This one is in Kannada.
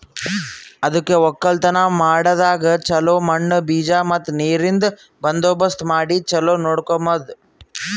ಅದುಕೆ ಒಕ್ಕಲತನ ಮಾಡಾಗ್ ಚೊಲೋ ಮಣ್ಣು, ಬೀಜ ಮತ್ತ ನೀರಿಂದ್ ಬಂದೋಬಸ್ತ್ ಮಾಡಿ ಚೊಲೋ ನೋಡ್ಕೋಮದ್